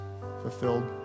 fulfilled